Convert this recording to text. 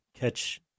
catch